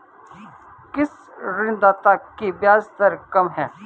किस ऋणदाता की ब्याज दर कम है?